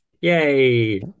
Yay